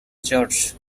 george